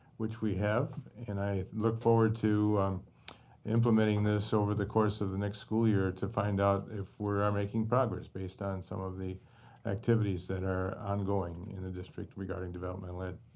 which we have. and i look forward to implementing this over the course of the next school year to find out if we are making progress based on some of the activities that are ongoing in the district regarding developmental ed.